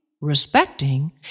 respecting